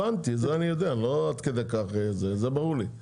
זה ברור לי.